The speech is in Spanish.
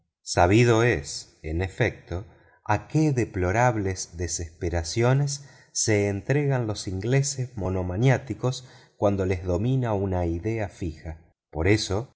sabido es en efecto a qué deplorables desesperaciones se entregan los ingleses monomaniáticos cuando les domina una idea fija por eso